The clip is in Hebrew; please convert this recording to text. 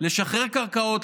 לשחרר קרקעות,